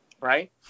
Right